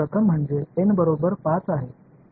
எனவே என்னிடம் சில வரைபடங்கள் உள்ளன